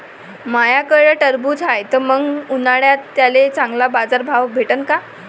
माह्याकडं टरबूज हाये त मंग उन्हाळ्यात त्याले चांगला बाजार भाव भेटन का?